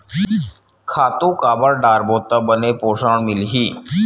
खातु काबर डारबो त बने पोषण मिलही?